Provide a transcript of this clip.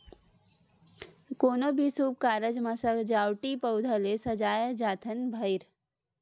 कोनो भी सुभ कारज म सजावटी पउधा ले सजाए जाथन भइर